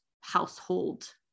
household